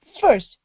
first